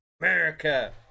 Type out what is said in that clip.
America